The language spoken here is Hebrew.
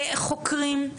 חוקרים,